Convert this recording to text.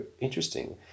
interesting